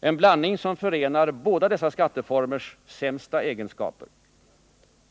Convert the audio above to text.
en blandning som förenar båda dessa skatteformers sämsta egenskaper.